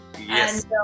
Yes